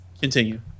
continue